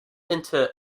into